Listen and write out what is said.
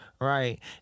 right